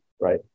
Right